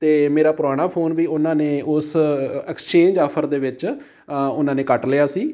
ਅਤੇ ਮੇਰਾ ਪੁਰਾਣਾ ਫੋਨ ਵੀ ਉਹਨਾਂ ਨੇ ਉਸ ਐਕਸਚੇਂਜ ਆਫਰ ਦੇ ਵਿੱਚ ਉਹਨਾਂ ਨੇ ਕੱਟ ਲਿਆ ਸੀ